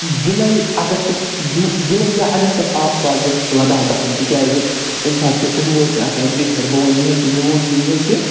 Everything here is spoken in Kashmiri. جُلَے اَگستَس جُہ جُلَے یا اَگستَس آس پاس گژھِ لَداخ گژھُن تِکیازِ اَمہِ ساتہٕ چھُ روڈ تہِ آسان اَتہِ بہتر بہٕ وَنہٕ یِہوٚے کہِ میون چھُ یِہوٚے کہِ